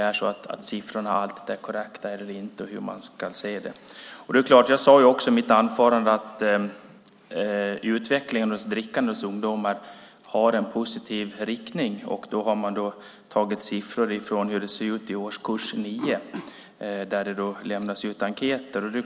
Är siffrorna korrekta eller inte, och hur ska man se det? Jag sade också i mitt anförande att utvecklingen av ungdomars drickande går i en positiv riktning. Då har man jämfört siffror på hur det ser ut i årskurs 9 där det lämnas ut enkäter.